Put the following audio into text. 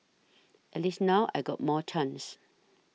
at least now I got more chance